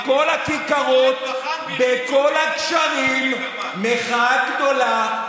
בכל הכיכרות, בכל הגשרים, מחאה גדולה.